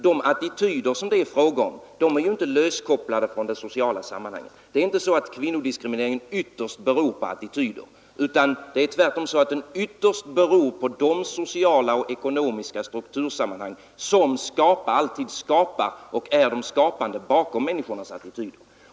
De attityder som det är fråga om är inte löskopplade från det sociala sammanhanget. Det är inte så att kvinnodiskrimineringen ytterst beror på attityder, utan det är tvärtom så, att den ytterst beror på de sociala och ekonomiska struktursammanhang som alltid är de skapande bakom människornas attityder.